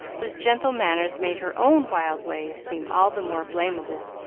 whose gentle manners made her own wild ways seem all the more blamable.